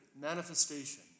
manifestation